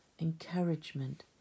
encouragement